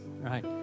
right